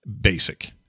basic